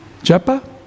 japa